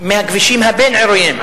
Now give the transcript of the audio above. מהכבישים הבין-עירוניים,